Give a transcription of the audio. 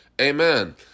Amen